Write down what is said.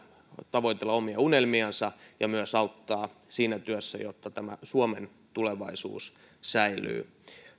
tavoitella omia unelmiansa ja myös auttaa siinä työssä jotta tämä suomen tulevaisuus säilyy